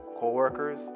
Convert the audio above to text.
coworkers